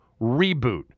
reboot